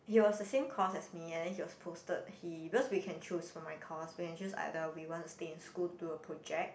he was the same course as me and then he was posted he because we can choose for my course we can choose either we want to stay in school to do a project